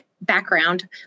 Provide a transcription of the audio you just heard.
background